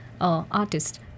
artist